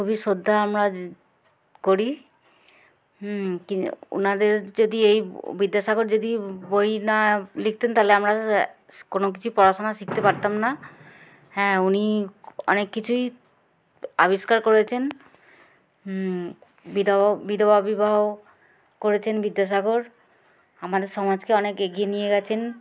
খুবই শ্রদ্ধা আমরা করি হুম তিনি ওনাদের যদি এই বিদ্যাসাগর যদি বই না লিখতেন তাহলে আমরা কোনো কিছুই পড়াশোনা শিখতে পারতাম না হ্যাঁ উনি অনেক কিছুই আবিষ্কার করেছেন বিধবা বিধবা বিবাহ করেছেন বিদ্যাসাগর আমাদের সমাজকে অনেক এগিয়ে নিয়ে গেছেন